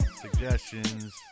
suggestions